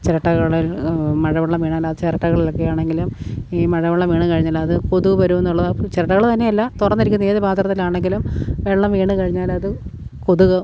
ചിരട്ടകളിൽ മഴവെള്ളം വീണാൽ ആ ചിരട്ടകളിലൊക്കെയാണെങ്കിലും ഈ മഴവെള്ളം വീണ് കഴിഞ്ഞാൽ അത് കൊതുക് വരുമെന്നുള്ള ചിരട്ടകൾ തന്നെയല്ല തുറന്നിരിക്കുന്ന ഏത് പാത്രത്തിലാണെങ്കിലും വെള്ളം വീണ് കഴിഞ്ഞാലത് കൊതുക്